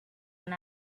and